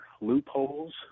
loopholes